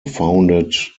founded